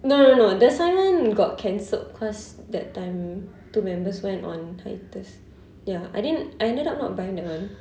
no no no the signed one got cancelled cause that time two members went on hiatus ya I didn't I ended up not buying that [one]